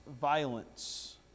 violence